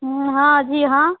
हाँ जी हाँ